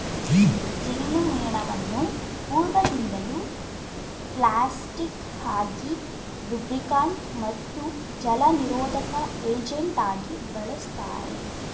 ಜೇನುಮೇಣವನ್ನು ಪೂರ್ವದಿಂದಲೂ ಪ್ಲಾಸ್ಟಿಕ್ ಆಗಿ ಲೂಬ್ರಿಕಂಟ್ ಮತ್ತು ಜಲನಿರೋಧಕ ಏಜೆಂಟಾಗಿ ಬಳುಸ್ತಾರೆ